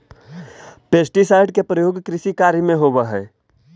pesticide के प्रयोग कृषि कार्य में होवऽ हई